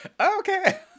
Okay